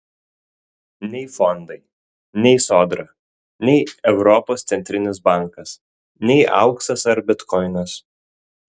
nei fondai nei sodra nei europos centrinis bankas nei auksas ar bitkoinas